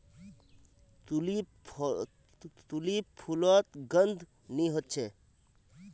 tulip फुलोत गंध नि होछे